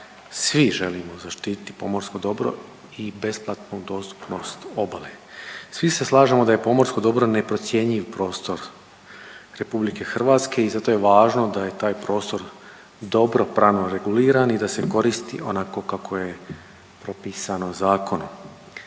svi želimo zaštititi pomorsko dobro i besplatnu dostupnost obale. Svi se slažemo da je pomorsko dobro neprocjenjiv prostor Republike Hrvatske i zato je važno da je taj prostor dobro pravno reguliran i da se koristi onako kako je napisano zakonom.